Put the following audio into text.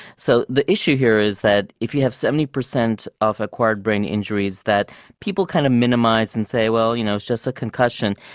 so the issue here is that if you have seventy percent of acquired brain injuries that people kind of minimise and say, you know, it's just a concussion,